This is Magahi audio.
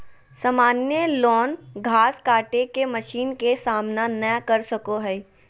सामान्य लॉन घास काटे के मशीन के सामना नय कर सको हइ